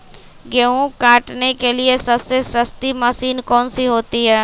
गेंहू काटने के लिए सबसे सस्ती मशीन कौन सी होती है?